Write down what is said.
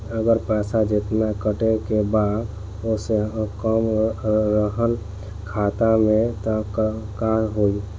अगर पैसा जेतना कटे के बा ओसे कम रहल खाता मे त का होई?